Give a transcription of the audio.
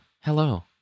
Hello